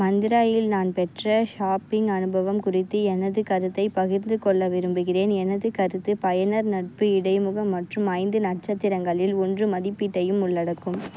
மந்திராவில் நான் பெற்ற ஷாப்பிங் அனுபவம் குறித்து எனது கருத்தைப் பகிர்ந்து கொள்ள விரும்புகிறேன் எனது கருத்து பயனர் நட்பு இடைமுகம் மற்றும் ஐந்து நட்சத்திரங்களில் ஒன்று மதிப்பீட்டையும் உள்ளடக்கும்